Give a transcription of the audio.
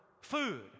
food